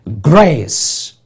Grace